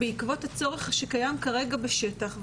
בעקבות הצורך שקיים כרגע בשטח.